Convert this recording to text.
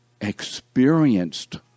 experienced